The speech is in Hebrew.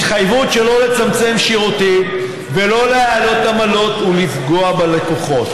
התחייבות שלא לצמצם שירותים ולא להעלות עמלות ולפגוע בלקוחות.